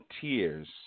tears